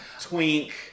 twink